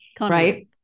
right